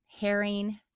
herring